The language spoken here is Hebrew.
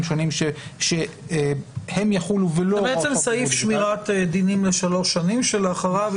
שונים שהם יחולו ולא --- בעצם סעיף שמירת דינים ל-3 שנים שלאחריהן,